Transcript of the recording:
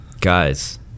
Guys